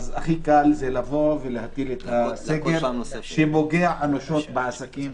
הכי קל זה לבוא ולהטיל סגר שפוגע אנושות בעסקים,